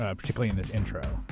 ah particularly in this intro.